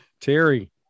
Terry